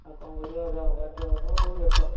ଆଉ କ'ଣ କରିବା ଯାହା ହେବାର ଥିବ ହେବ ହେଉ ଦେଖ